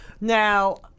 now